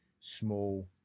small